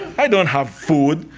i don't have food!